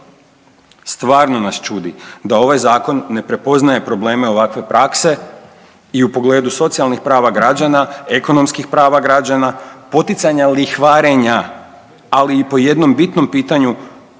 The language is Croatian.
Stvarno nas čudi da ovaj Zakon ne prepoznaje probleme ovakve prakse i u pogledu socijalnih prava građana, ekonomskih prava građana, poticanja lihvarenja, ali i po jednom bitnom pitanju,